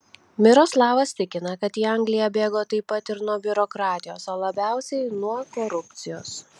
miroslavas tikina kad į angliją bėgo taip pat ir nuo biurokratijos o labiausiai nuo korupcijos